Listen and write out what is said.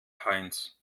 heinz